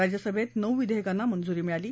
राज्यसभेत नऊ विधेयकांना मंजुरी मिळाली